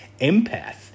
Empath